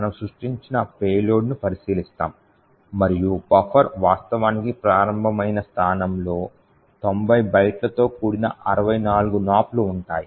మనము సృష్టించిన పేలోడ్ను పరిశీలిస్తాము మరియు buffer వాస్తవానికి ప్రారంభమై స్థానంలో 90బైట్ లతో కూడిన 64 నాప్లు ఉంటాయి